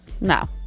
No